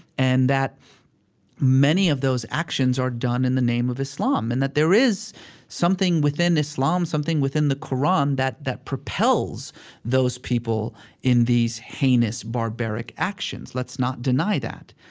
and that many of those actions are done in the name of islam. and that there is something within islam, something within the qur'an that that propels those people in these heinous, barbaric actions. let's not deny that.